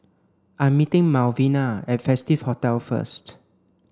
I'm meeting Malvina at Festive Hotel first